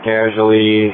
Casually